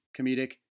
comedic